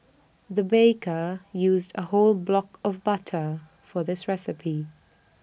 the baker used A whole block of butter for this recipe